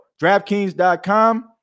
DraftKings.com